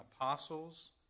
apostles